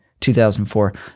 2004